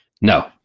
No